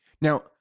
Now